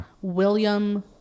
william